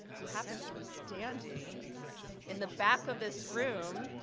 who happens to be standing in the back of this room,